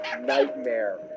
nightmare